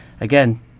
again